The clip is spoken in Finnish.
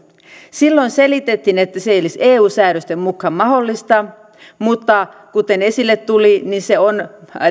silloin selitettiin että se ei olisi eu säädösten mukaan mahdollista mutta kuten esille tuli se on